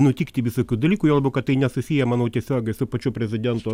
nutikti visokių dalykų juo labiau kad tai nesusiję manau tiesiogiai su pačiu prezidento